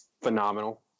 Phenomenal